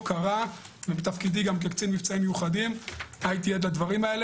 היום, 27 בדצמבר 2021. הצעה לדיון מהיר